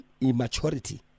immaturity